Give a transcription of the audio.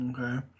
okay